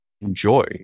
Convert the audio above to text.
enjoy